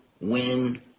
Win